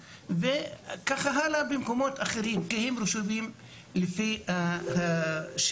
ככה גם במקומות אחרים, כי הם רשומים לפי השבט.